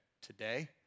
Today